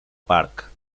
parc